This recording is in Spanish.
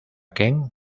ken